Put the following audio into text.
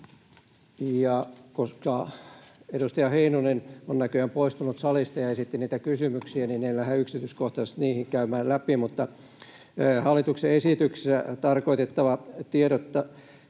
Koska edustaja Heinonen on näköjään poistunut salista ja esitti niitä kysymyksiä, niin en lähde yksityiskohtaisesti niitä käymään läpi. Mutta ”hallituksen esityksessä tarkoitettava tiedottamis-,